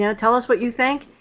you know tell us what you think.